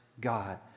God